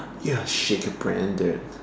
ya shake a branded